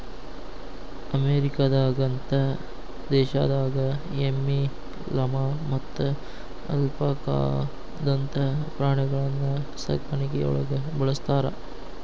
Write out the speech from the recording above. ಅಮೇರಿಕದಂತ ದೇಶದಾಗ ಎಮ್ಮಿ, ಲಾಮಾ ಮತ್ತ ಅಲ್ಪಾಕಾದಂತ ಪ್ರಾಣಿಗಳನ್ನ ಸಾಕಾಣಿಕೆಯೊಳಗ ಬಳಸ್ತಾರ